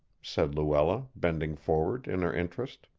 said luella, bending forward in her interest.